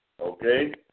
Okay